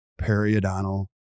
periodontal